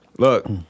Look